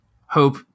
hope